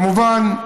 כמובן,